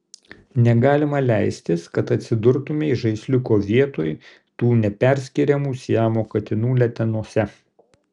negalima leistis kad atsidurtumei žaisliuko vietoj tų neperskiriamų siamo katinų letenose